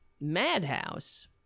madhouse